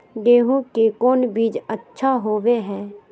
गेंहू के कौन बीज अच्छा होबो हाय?